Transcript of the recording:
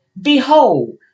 behold